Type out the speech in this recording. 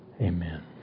Amen